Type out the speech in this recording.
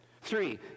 Three